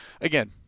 again